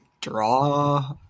draw